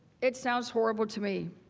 it sounds horrible to me.